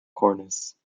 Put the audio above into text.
cornice